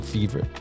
Fever